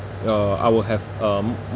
uh I will have um